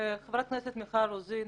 חברת הכנסת מיכל רוזין,